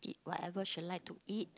eat whatever she like to eat